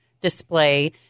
display